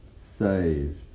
saved